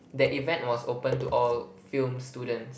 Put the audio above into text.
that event was open to all film students